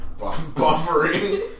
Buffering